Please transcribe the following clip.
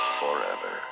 forever